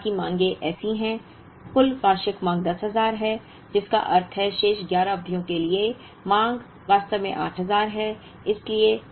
अब बाकी मांगें ऐसी हैं कुल वार्षिक मांग 10000 है जिसका अर्थ है शेष 11 अवधियों के लिए मांग वास्तव में 8000 है